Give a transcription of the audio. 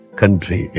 country